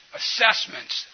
assessments